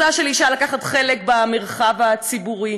זכותה של אישה לקחת חלק במרחב הציבורי,